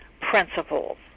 principles